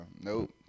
Nope